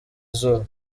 izuba